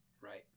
Right